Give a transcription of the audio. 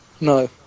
no